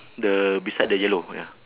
the beside the yellow ya